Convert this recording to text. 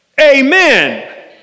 Amen